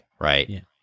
right